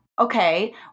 Okay